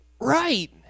right